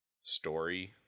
story